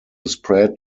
spread